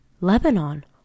Lebanon